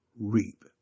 reap